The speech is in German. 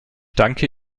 danke